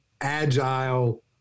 agile